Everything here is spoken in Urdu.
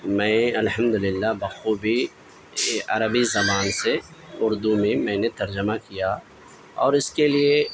میں الحمد للہ بخوبی عربی زبان سے اردو میں میں نے ترجمہ کیا اور اس کے لیے